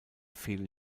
fehlen